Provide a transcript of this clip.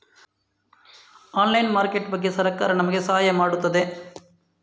Online market ಬಗ್ಗೆ ಸರಕಾರ ನಮಗೆ ಸಹಾಯ ಮಾಡುತ್ತದೆ?